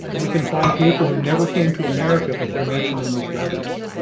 we can find people who never came to america, but they're mentioned in these records.